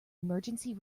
emergency